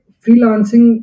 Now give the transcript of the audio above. freelancing